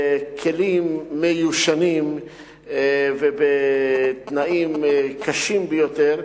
בכלים מיושנים ובתנאים קשים ביותר.